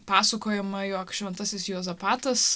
pasakojama jog šventasis juozapatas